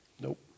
Nope